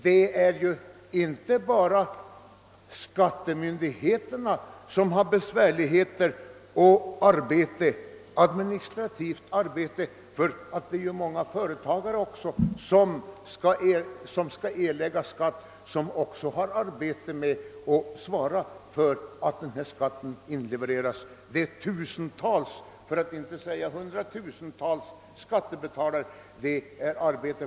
Det är ju inte bara skattemyndigheterna som har besvärligheter och administrativt arbete. Det är också många företagare som skall erlägga skatt som även har arbete med att svara för att denna skatt inlevereras. Det är också arbete för tusentals för att inte säga hundratusentals skattebetalare.